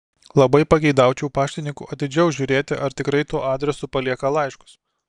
labai pageidaučiau paštininkų atidžiau žiūrėti ar tikrai tuo adresu palieka laiškus